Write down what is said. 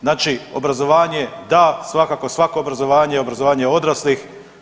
Znači obrazovanje da, svakako svako obrazovanje i obrazovanje odraslih.